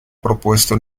propuesto